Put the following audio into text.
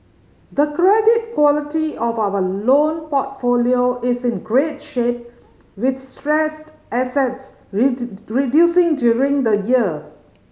the credit quality of our loan portfolio is in great shape with stressed assets reducing during the year